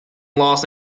los